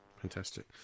Fantastic